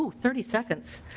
thirty seconds.